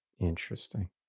Interesting